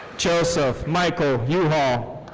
joseph michael uhal.